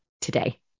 today